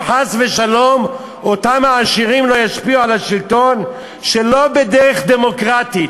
שחס ושלום אותם העשירים לא ישפיעו על השלטון שלא בדרך דמוקרטית.